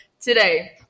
today